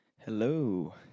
Hello